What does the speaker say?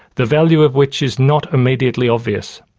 the value of which is not immediately obvious.